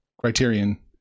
criterion